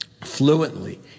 fluently